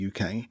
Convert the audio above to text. UK